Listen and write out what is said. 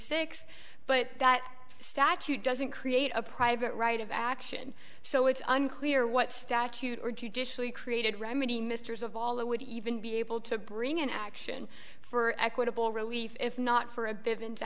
six but that statute doesn't create a private right of action so it's unclear what statute or judicially created remedy misters of all that would even be able to bring an action for equitable relief if not for